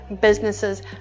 businesses